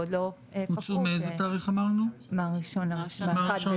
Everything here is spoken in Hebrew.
מה-1 בינואר.